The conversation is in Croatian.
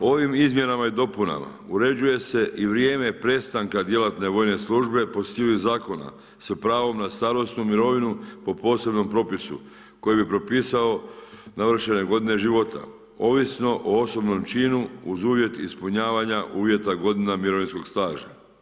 Ovim izmjenama i dopunama uređuje se i vrijeme prestanka djelatne vojne službe po sili zakona s pravom na starosnu mirovinu po posebnom propisu koji bi propisao navršene godine života ovisno o osobnom činu uz uvjet ispunjavanja uvjeta godina mirovinskog staža.